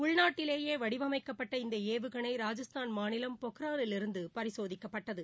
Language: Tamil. உள்நாட்டிலேயே வடிவமைக்கப்பட்ட இந்த ஏவுகனை ராஜஸ்தான் மாநிலம் பொக்ரானிலிருந்து பரிசோதிக்கப்பட்டது